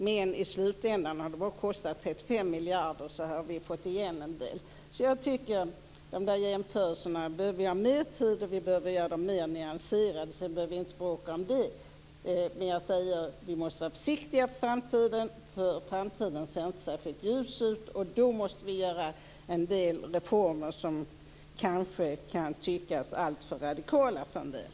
Men i slutändan har det bara kostat 35 miljarder, så vi har fått igen en del. Jag tycker att vi för de där jämförelserna behöver mer tid, och vi behöver göra dem mer nyanserade. Det behöver vi inte bråka om. Men jag säger att vi måste vara försiktiga inför framtiden. Den ser inte särskilt ljus ut. Då måste vi genomföra en del reformer som kanske kan tyckas alltför radikala för en del.